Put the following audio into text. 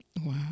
Wow